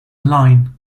line